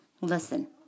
listen